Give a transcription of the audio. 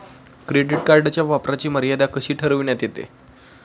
Credit कार्डच्या वापराची मर्यादा कशी ठरविण्यात येते?